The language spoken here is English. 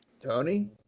Tony